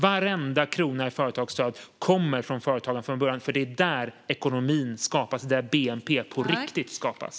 Varenda krona i företagsstöd kommer från början från företagarna eftersom det är där ekonomin och bnp på riktigt skapas.